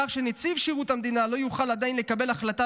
כך שנציב שירות המדינה לא יוכל עדיין לקבל החלטה